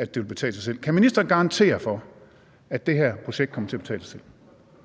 at det vil betale sig selv? Kan ministeren garantere for, at det her projekt kommer til at betale sig selv?